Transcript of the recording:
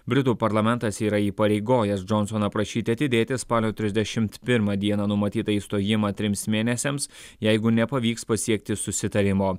britų parlamentas yra įpareigojęs džonsoną prašyti atidėti spalio trisdešimt pirmą dieną numatytą išstojimą trims mėnesiams jeigu nepavyks pasiekti susitarimo